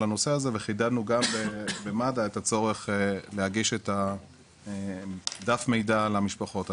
הנושא הזה וחידדנו גם במד"א את הצורך להגיש את דף המידע למשפחות.